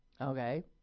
Okay